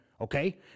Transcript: Okay